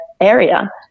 area